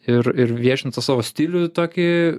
ir ir viešint tą savo stilių tokį